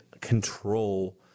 control